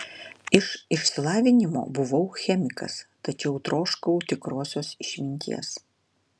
iš išsilavinimo buvau chemikas tačiau troškau tikrosios išminties